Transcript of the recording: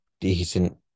decent